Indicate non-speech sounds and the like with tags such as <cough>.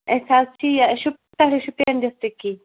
أسۍ حظ چھِ یہِ شُپ <unintelligible> شُپیَن ڈِسٹِرٛکی